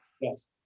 Yes